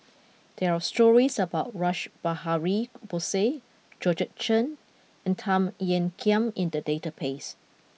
there are stories about Rash Behari Bose Georgette Chen and Tan Ean Kiam in the database